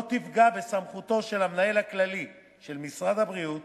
לא תפגע בסמכותו של המנהל הכללי של משרד הבריאות